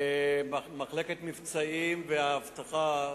מחלקת המבצעים והאבטחה,